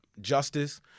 justice